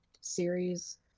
series